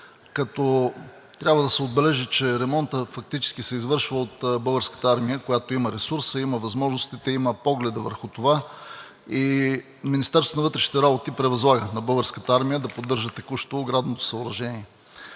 Трябва да се отбележи, че ремонтът фактически се извършва от българската армия, която има ресурса, има възможностите, има погледа върху това и Министерството на вътрешните работи превъзлага на Българската армия да поддържа текущо оградното съоръжение.